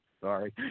sorry